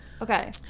Okay